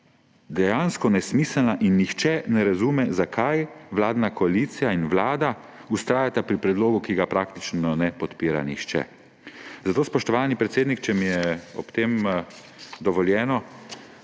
dejansko nesmiselna in nihče ne razume, zakaj vladna koalicija in Vlada vztrajata pri predlogu, ki ga praktično ne podpira nihče. Zato, spoštovani predsednik, če mi je ob tem dovoljeno,